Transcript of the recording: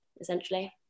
essentially